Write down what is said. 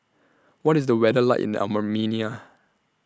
What IS The weather like in Armenia